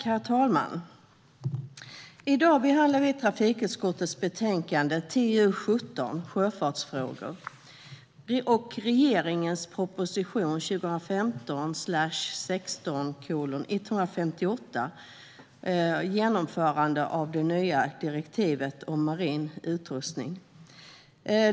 Herr talman! I dag behandlar vi trafikutskottets betänkande TU17 Sjöfartsfrågor och regeringens proposition 2015/16:158 Genomförande av det nya direktivet om marin utrustning .